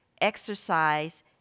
exercise